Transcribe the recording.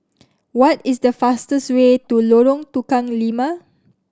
what is the fastest way to Lorong Tukang Lima